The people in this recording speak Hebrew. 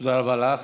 תודה רבה לך.